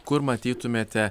kur matytumėte